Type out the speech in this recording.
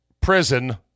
prison